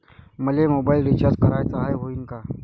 मले mobile recharge कराचा हाय, होईनं का?